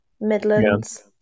Midlands